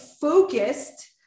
focused